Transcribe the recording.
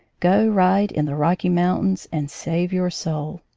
go ride in the rocky mountains and save your soul.